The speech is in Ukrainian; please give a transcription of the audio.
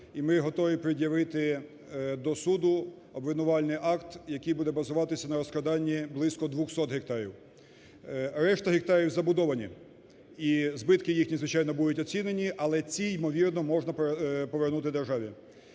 і ми готові пред'явити до суду обвинувальний акт, який буде базуватись на розкраданні близько 200 гектарів. Решта гектарів забудовані, і збитки їхні, звичайно, будуть оцінені, але ці, ймовірно, можна повернути державі.